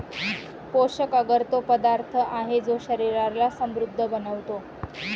पोषक अगर तो पदार्थ आहे, जो शरीराला समृद्ध बनवतो